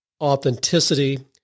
authenticity